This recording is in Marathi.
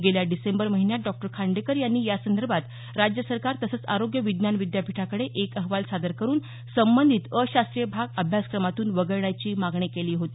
गेल्या डिसेंबर महिन्यात डॉ खांडेकर यांनी यासंदर्भात राज्य सरकार तसंच आरोग्य विज्ञान विद्यापीठाकडे एक अहवाल सादर करून संबंधित अशास्त्रीय भाग अभ्यासक्रमातून वगळण्याची मागणी केली होती